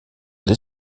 des